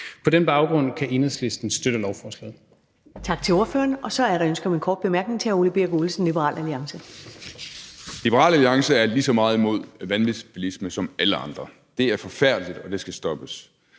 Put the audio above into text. På den baggrund kan Enhedslisten støtte lovforslaget.